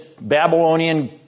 Babylonian